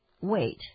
Wait